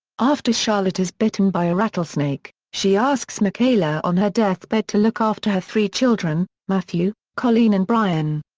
after charlotte is bitten by a rattlesnake, she asks michaela on her deathbed to look after her three children matthew, colleen and brian.